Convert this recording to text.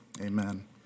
Amen